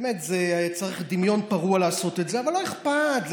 באמת, צריך דמיון פרוע לעשות את זה, אבל לא אכפת.